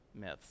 myths